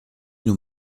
nous